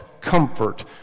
comfort